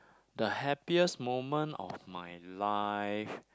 the happiest moment of my life